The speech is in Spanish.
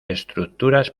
estructuras